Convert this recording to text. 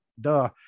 duh